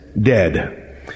dead